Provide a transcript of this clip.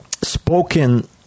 spoken